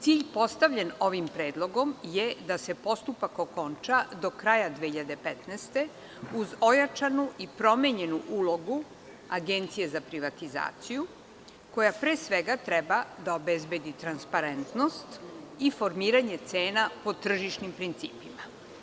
Cilj postavljen ovim predlogom je da se postupak okonča do kraja 2015. godine, uz ojačanu i promenjenu ulogu Agencije za privatizaciju, koja pre svega treba da obezbedi transparentnost i formiranje cena po tržišnim principima.